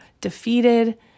defeated